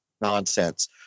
nonsense